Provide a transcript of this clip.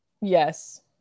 Yes